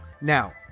Now